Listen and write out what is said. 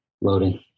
Loading